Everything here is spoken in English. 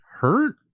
hurt